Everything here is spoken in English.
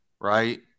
Right